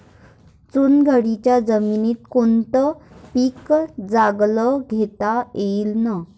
चुनखडीच्या जमीनीत कोनतं पीक चांगलं घेता येईन?